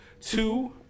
Two